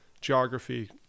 geography